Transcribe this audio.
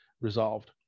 resolved